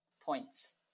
points